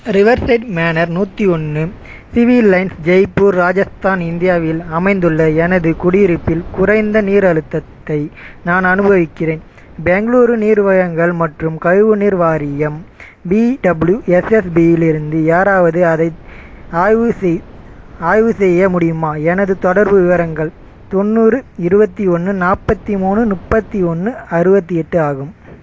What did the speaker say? Riverside manor நூற்றி ஒன்று civil line Jaipur Rajasthan இந்தியாவில் அமைந்துள்ள எனது குடியிருப்பில் குறைந்த நீர் அழுத்தத்தை நான் அனுபவிக்கிறேன் பேங்ளூரு நீர் வழங்கல் மற்றும் கழிவு நீர் வாரியம் B W S S B இலிருந்து யாராவது அதை ஆய்வு செய் ஆய்வு செய்ய முடியுமா எனது தொடர்பு விவரங்கள் தொண்ணூறு இருபத்தி ஒன்று நாற்பத்தி மூணு முப்பத்தி ஒன்று அறுபத்தி எட்டு ஆகும்